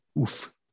oof